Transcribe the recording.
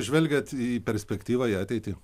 žvelgiat į perspektyvą į ateitį